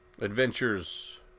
Adventures